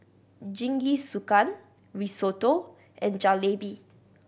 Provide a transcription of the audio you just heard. Jingisukan Risotto and Jalebi